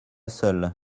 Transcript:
seuls